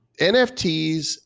NFTs